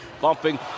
bumping